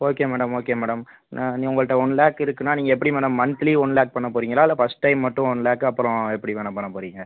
okay madam okay madam உங்கள்ட்ட one lakh இருக்குதுனா நீங்கள் எப்படி மேடம் மன்திலி ஒன் லேக் பண்ண போகிறீங்களா இல்லை ஃபர்ஸ்ட் டைம் மட்டும் ஒன் லேக் அப்புறம் எப்படி மேடம் பண்ணப்போகிறீங்க